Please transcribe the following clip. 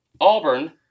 auburn